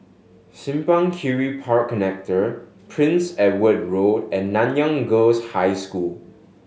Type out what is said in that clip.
Simpang Kiri Park Connector Prince Edward Road and Nanyang Girls' High School